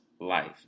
life